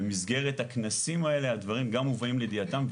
במסגרת הכנסים האלה הדברים גם מובאים לידיעתם.